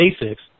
basics